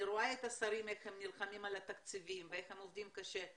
אני רואה את השרים איך הם נלחמים על התקציבים ואיך הם עובדים קשה,